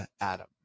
Adam